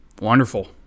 wonderful